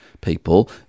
people